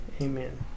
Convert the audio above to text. Amen